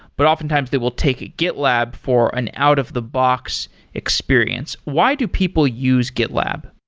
but oftentimes they will take gitlab for an out-of-the-box experience. why do people use gitlab?